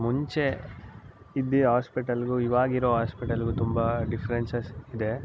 ಮುಂಚೆ ಇದ್ದ ಆಸ್ಪಿಟಲ್ಗು ಇವಾಗ ಇರೋ ಆಸ್ಪಿಟಲ್ಗು ತುಂಬ ಡಿಫ್ರೆನ್ಸಸ್ ಇದೆ